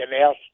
else